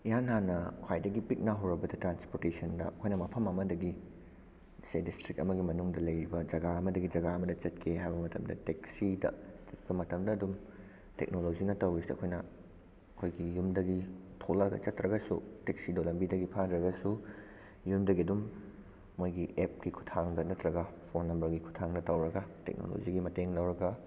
ꯏꯍꯥꯟ ꯍꯥꯟꯅ ꯈ꯭ꯋꯥꯏꯗꯒꯤ ꯄꯤꯛꯅ ꯍꯧꯔꯕꯗ ꯇ꯭ꯔꯥꯟꯁꯄꯣꯔꯇꯦꯁꯟꯗ ꯑꯩꯈꯣꯏꯅ ꯃꯐꯝ ꯑꯃꯗꯒꯤ ꯁꯦ ꯗꯤꯁꯇ꯭ꯔꯤꯛ ꯑꯃꯒꯤ ꯃꯅꯨꯡꯗ ꯂꯩꯔꯤꯕ ꯖꯒꯥ ꯑꯃꯗꯒꯤ ꯖꯒꯥ ꯑꯃꯗ ꯆꯠꯀꯦ ꯍꯥꯏꯕ ꯃꯇꯝꯗ ꯇꯦꯛꯁꯤꯗ ꯆꯠꯄ ꯃꯇꯝꯗ ꯑꯗꯨꯝ ꯇꯦꯛꯅꯣꯂꯣꯖꯤꯅ ꯇꯧꯔꯤꯁꯦ ꯑꯩꯈꯣꯏꯅ ꯑꯩꯈꯣꯏꯒꯤ ꯌꯨꯝꯗꯒꯤ ꯊꯣꯛꯂꯛꯑꯒ ꯆꯠꯇ꯭ꯔꯒꯁꯨ ꯇꯦꯛꯁꯤꯗꯣ ꯂꯝꯕꯤꯗꯒꯤ ꯐꯥꯗ꯭ꯔꯒꯁꯨ ꯌꯨꯝꯗꯒꯤ ꯑꯗꯨꯝ ꯃꯣꯏꯒꯤ ꯑꯦꯞꯀꯤ ꯈꯨꯠꯊꯥꯡꯗ ꯅꯠꯇ꯭ꯔꯒ ꯐꯣꯟ ꯅꯝꯕꯔꯒꯤ ꯈꯨꯠꯊꯥꯡꯗ ꯇꯧꯔꯒ ꯇꯦꯛꯅꯣꯂꯣꯖꯤꯒꯤ ꯃꯇꯦꯡ ꯂꯧꯔꯒ